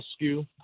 rescue